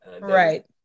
Right